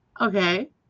okay